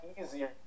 easier